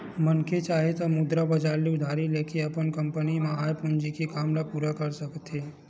मनखे चाहे त मुद्रा बजार ले उधारी लेके अपन कंपनी म आय पूंजी के काम ल पूरा कर सकत हे